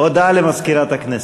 הודעה למזכירת הכנסת.